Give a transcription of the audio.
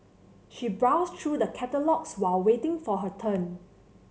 she browsed through the catalogues while waiting for her turn